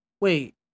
Wait